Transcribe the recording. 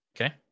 Okay